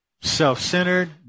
self-centered